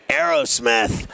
Aerosmith